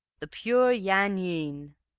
the pure yan yean!